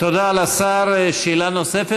לעניין המשפחות,